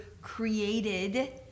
created